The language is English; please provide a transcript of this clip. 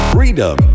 Freedom